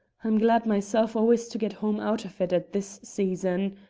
i'm glad myself always to get home out of it at this season.